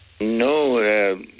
No